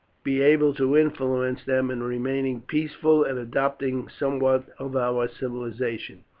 be able to influence them in remaining peaceful and adopting somewhat of our civilization.